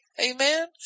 Amen